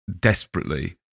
desperately